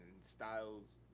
styles